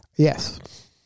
Yes